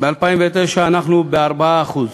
ב-2009 אנחנו ב-4%.